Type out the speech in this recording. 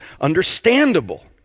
understandable